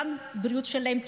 גם הבריאות שלהם תיפגע,